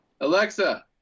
Alexa